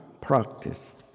practice